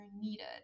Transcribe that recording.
needed